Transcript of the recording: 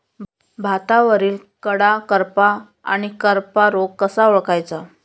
भातावरील कडा करपा आणि करपा रोग कसा ओळखायचा?